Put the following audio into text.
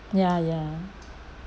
ya ya